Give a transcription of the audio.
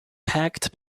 packed